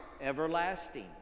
everlasting